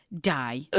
die